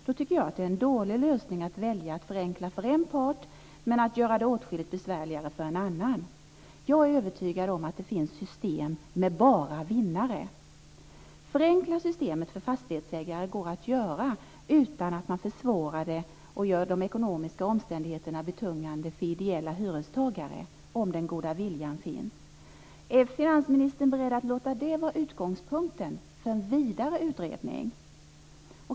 Då tycker jag att det är en dålig lösning att välja att förenkla för en part men att göra det åtskilligt besvärligare för en annan. Jag är övertygad om att det finns system med bara vinnare. Det går att förenkla systemet för fastighetsägare utan att man försvårar det och gör de ekonomiska omständigheterna betungande för ideella hyrestagare, om den goda viljan finns. Är finansministern beredd att låta det vara utgångspunkten för en vidare utredning?